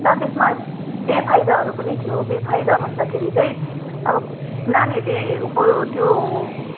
तर त्यसमा बेफाइदाहरू पनि थियो बेफाइदा भन्दाखेरि चाहिँ अब नानीहरूले अब त्यो